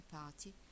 party